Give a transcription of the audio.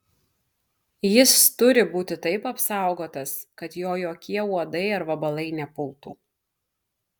jis turi būti taip apsaugotas kad jo jokie uodai ar vabalai nepultų